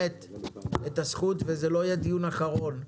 זה לא יהיה דיון אחרון.